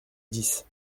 dix